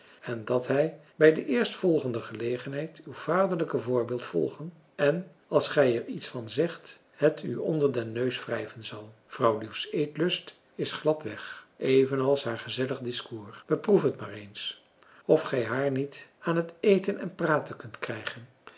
en dat hij bij de eerstvolgende gelegenheid uw vaderlijk voorbeeld volgen en als gij er iets van zegt het u onder den neus wrijven zal vrouwliefs eetlust is glad weg evenals haar gezellig discours beproef het maar eens of gij haar niet aan het eten en praten kunt krijgen